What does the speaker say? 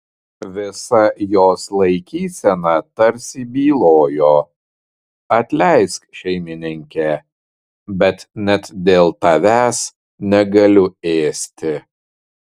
visa jos laikysena tarsi bylojo atleisk šeimininke bet net dėl tavęs negaliu ėsti